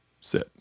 sit